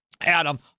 Adam